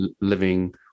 living